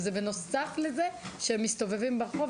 וזה בנוסף לזה שהם מסתובבים ברחוב.